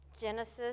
Genesis